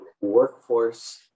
workforce